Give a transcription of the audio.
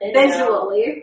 visually